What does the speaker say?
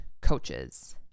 coaches